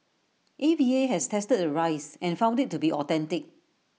A V A has tested the rice and found IT to be authentic